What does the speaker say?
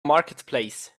marketplace